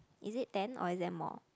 is it ten or is that more